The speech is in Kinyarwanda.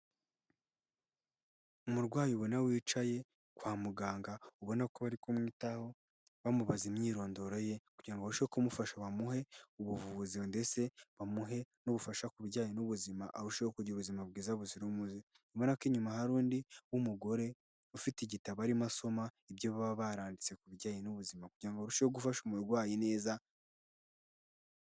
Umurwayi ubona wicaye kwa muganga ubona ko bari kumwitaho bamubaza imyirondoro ye kugira ngo abasheho kumufasha bamuhe ubuvuzi ndetse bamuhe n'ubufasha ku bijyanye n'ubuzima arushaho kugira ubuzima bwiza buzira umuze. Ubona ko inyuma hari undi w'umugore ufite igitabo arimo asoma ibyo baba baranditse ku bijyanye n'ubuzima kugira ngo barusheho gufasha umurwayi neza.